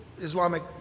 Islamic